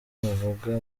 muvuga